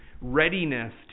readiness